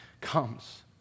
comes